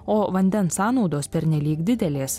o vandens sąnaudos pernelyg didelės